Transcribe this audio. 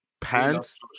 pants